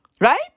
right